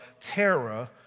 terror